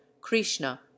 Krishna